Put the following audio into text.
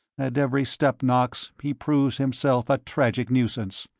at every step, knox, he proves himself a tragic nuisance.